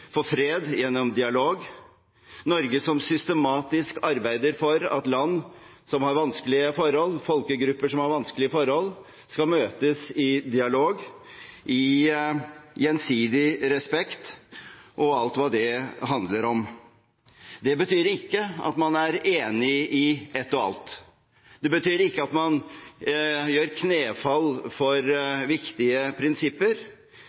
for fred gjennom dialog, Norge som systematisk arbeider for at land som har folkegrupper som har vanskelige forhold, skal møtes i dialog i gjensidig respekt og alt hva det handler om. Det betyr ikke at man er enig i ett og alt, det betyr ikke at man gjør knefall for viktige prinsipper,